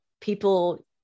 people